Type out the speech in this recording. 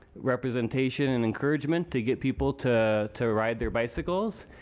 representation and encouragement to get people to to ride their bicycles.